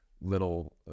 little